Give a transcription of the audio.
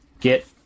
get